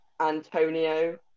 Antonio